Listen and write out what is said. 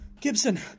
Gibson